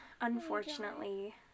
unfortunately